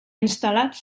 instal·lat